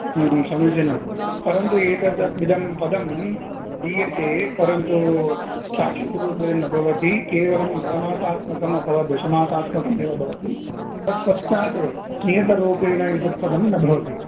समीचीनम् परन्तु एतत् इदं पदं दीयते परन्तु शाश्वतरूपेण न भवति केवलं नवमासात्मकम् अथवा दशमासात्मकमेव भवति तत्पश्चात् नियतरूपेण एतत् पदं न भवति